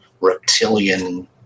reptilian